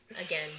again